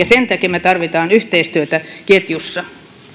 sen takia me tarvitsemme yhteistyötä ketjussa